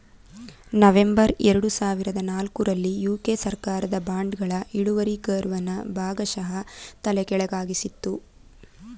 November ಎರಡು ಸಾವಿರದ ನಾಲ್ಕು ರಲ್ಲಿ ಯು.ಕೆ ಸರ್ಕಾರದ ಬಾಂಡ್ಗಳ ಇಳುವರಿ ಕರ್ವ್ ಅನ್ನು ಭಾಗಶಃ ತಲೆಕೆಳಗಾಗಿಸಿತ್ತು